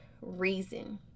reason